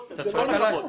אתה צועק עלי?